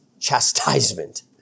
chastisement